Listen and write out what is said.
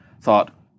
thought